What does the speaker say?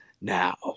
Now